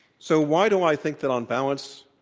so why do i think that, on balance,